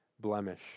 blemish